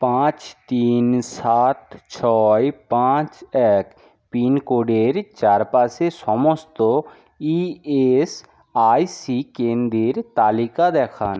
পাঁচ তিন সাত ছয় পাঁচ এক পিনকোডের চারপাশে সমস্ত ইএসআইসি কেন্দ্রের তালিকা দেখান